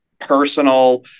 personal